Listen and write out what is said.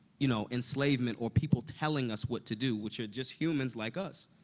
you know, enslavement or people telling us what to do, which are just humans like us.